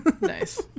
Nice